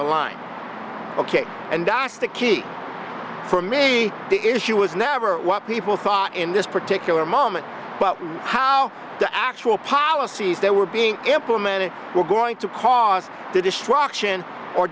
the line ok and i asked the key for me the issue was never what people thought in this particular moment but how the actual policies that were being implemented were going to cause the destruction or